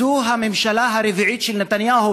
זו הממשלה הרביעית של נתניהו,